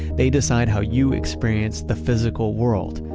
they decide how you experience the physical world.